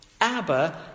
Abba